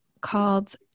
called